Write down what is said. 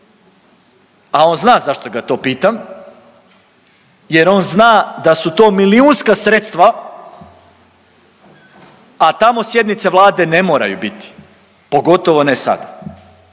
a on zna zašto ga to pitam, jer on zna da su to milijunska sredstva, a tamo sjednice Vlade ne moraju biti, pogotovo ne sad